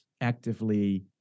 actively